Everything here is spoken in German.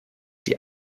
die